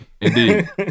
Indeed